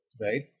Right